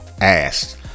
asked